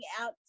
out